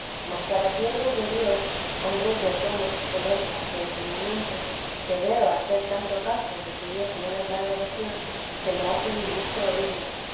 mas para siervos de dios hombres de tomo de letras y entendimiento que veo hacer tanto caso de que dios no les da devoción que me hace disgusto oírlo